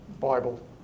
Bible